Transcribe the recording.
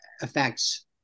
affects